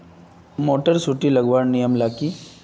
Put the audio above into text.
Motor सुटी लगवार नियम ला की?